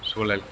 சூழல்